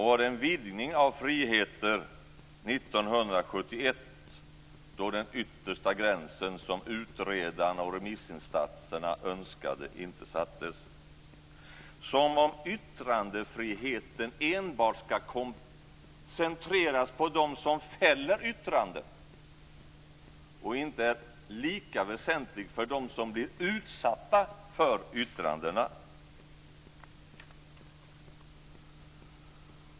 Var det en vidgning av friheter 1971 då den yttersta gräns som utredarna och remissinstanserna önskade inte sattes? Som om yttrandefriheten enbart skall koncentreras på dem som fäller yttranden och inte är lika väsentlig för dem som blir utsatta för yttrandena!